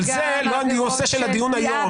אבל זה לא הנושא של הדיון יום.